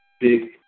big